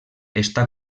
està